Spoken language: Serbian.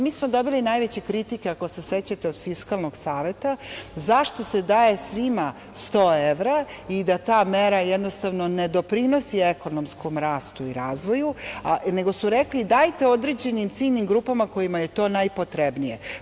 Mi smo dobili najveće kritike, ako se sećate od Fisklanog saveta zašto se daje svima sto evra i da ta mera jednostavno ne doprinosi ekonomskom rastu i razvoju, nego su rekli dajte određenim ciljnim grupama kojima je to najpotrebnije.